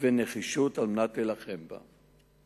ונחישות על מנת להילחם בה.